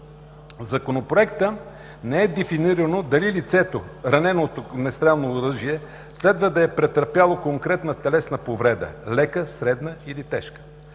Законопроекта не е дефинирано дали лицето, ранено от огнестрелно оръжие, следва да е претърпяло конкретна телесна повреда – лека, средна или тежка.